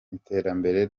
iterambere